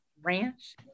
ranch